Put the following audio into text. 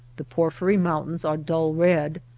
the porphyry mountains are dull red,